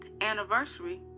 anniversary